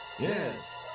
Yes